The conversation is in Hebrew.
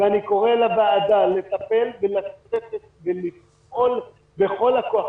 ואני קורא לוועדה, לטפל ולפעול בכל הכוח.